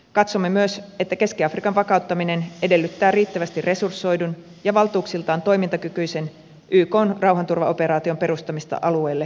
katsomme myös että keski afrikan vakauttaminen edellyttää riittävästi resursoidun ja valtuuksiltaan toimintakykyisen ykn rauhanturvaoperaation perustamista alueelle aikailematta